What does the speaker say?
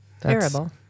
Terrible